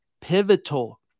pivotal